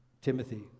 Timothy